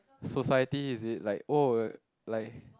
society is it like oh like